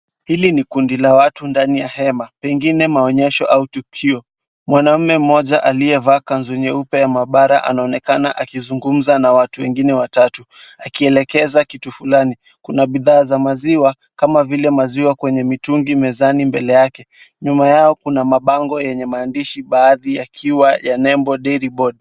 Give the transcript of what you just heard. Hili ni kundi la watu ndani ya hema pengine maonyesho au tukio. Mwanaume mmoja aliyevaa kanzu nyeupe ya maabara anaonekana akizungumza na watu wengine watatu. Akielekeza kitu fulani. Kuna bidhaa za maziwa, kama vile maziwa kwenye mitungi mbele yake. Nyuma yao kuna mabango yenye maandishi baadhi yakiwa ya nembo Dairy Board.